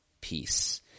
peace